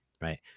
right